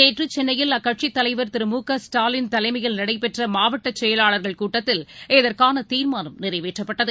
நேற்றுசென்னையில் அக்கட்சியின் தலைவர் திரு ஸ்டாலின் தலையில் நடைபெற்றமாவட்டசெயலாளர்கள் கூட்டத்தில் இதற்கானதீர்மானம் நிறைவேற்றப்பட்டது